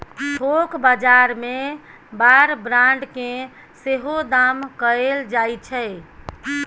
थोक बजार मे बार ब्रांड केँ सेहो दाम कएल जाइ छै